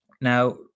Now